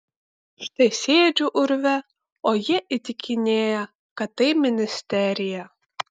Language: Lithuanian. štai sėdžiu urve o jie įtikinėja kad tai ministerija